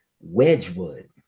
Wedgwood